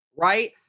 right